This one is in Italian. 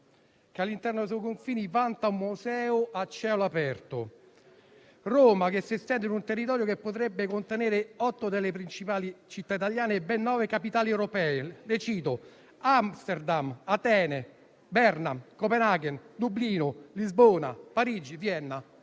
che all'interno dei suoi confini vanta un museo a cielo aperto. Roma, che si estende su un territorio che potrebbe contenere otto delle principali città italiane e ben nove capitali europee: Amsterdam, Atene, Berna, Copenaghen, Dublino, Lisbona, Parigi, Vienna